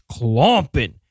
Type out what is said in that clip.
clomping